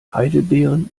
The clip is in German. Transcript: heidelbeeren